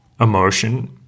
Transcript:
emotion